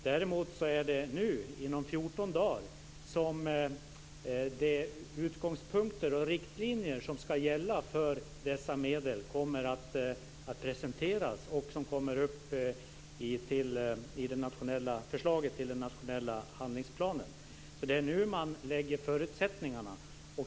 Däremot kommer de utgångspunkter och riktlinjer som ska gälla för dessa medel att presenteras inom 14 dagar. De kommer upp i förslaget till den nationella handlingsplanen. Det är nu man skapar förutsättningarna.